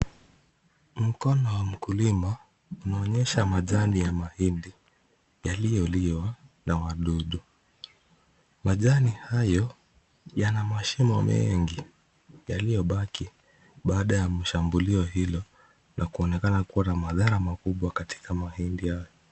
Mkono wa mkulima unaonyesha majani ya mahindi yaliyoliwa na wadudu. Majani hayo yana mashimo mengi yaliyobaki, baada ya mshambulio hilo na kuonekana kuwa na madhara makubwa katika mahindi haya.